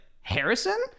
Harrison